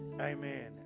Amen